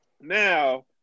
Now